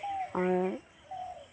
ᱟᱨ